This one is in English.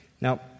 Now